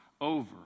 over